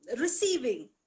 receiving